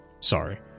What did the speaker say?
Sorry